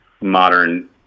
modern